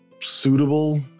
suitable